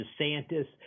DeSantis